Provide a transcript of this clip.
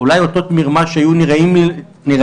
אז אולי אותות מרמה שהיו נראים לנו,